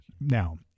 Now